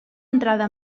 entrada